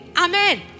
Amen